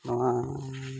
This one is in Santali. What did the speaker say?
ᱱᱚᱣᱟ